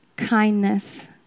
kindness